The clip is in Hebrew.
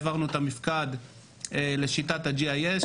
העברנו את המפקד לשיטת ה-GIS,